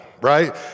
right